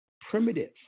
primitive